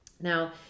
Now